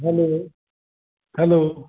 hello hello